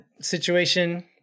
situation